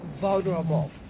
vulnerable